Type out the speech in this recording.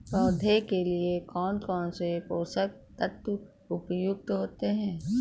पौधे के लिए कौन कौन से पोषक तत्व उपयुक्त होते हैं?